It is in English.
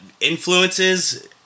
influences